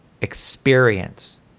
experience